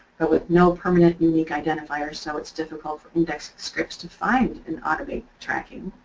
but with no permanent unique identifier so it's difficult for index scripts to find and automate tracking.